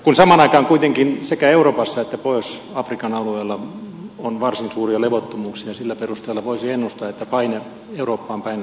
kun samaan aikaan kuitenkin sekä euroopassa että pohjois afrikan alueella on varsin suuria levottomuuksia niin sillä perusteella voisi ennustaa että paine eurooppaan päin ennemminkin on lisääntymään päin